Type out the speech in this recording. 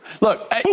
Look